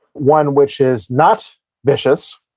one which is not vicious,